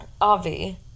Avi